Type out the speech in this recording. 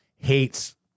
Hates